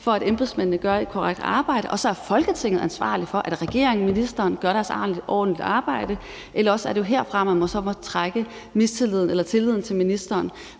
for, at embedsmændene gør et korrekt arbejde, og så er Folketinget ansvarlig for, at regeringen og ministeren gør deres arbejde ordentligt, eller også er det jo herfra, man så må trække tilliden til ministeren.